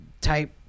type